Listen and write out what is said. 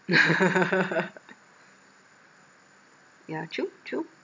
yeah true true